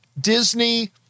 Disney